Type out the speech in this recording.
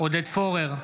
עודד פורר,